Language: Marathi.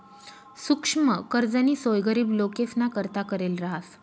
सुक्ष्म कर्जनी सोय गरीब लोकेसना करता करेल रहास